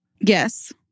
Yes